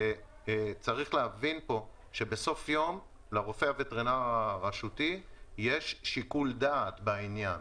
צריך להבין שלרופא הווטרינר הרשותי יש שיקול דעת בעניין.